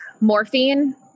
morphine